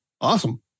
Awesome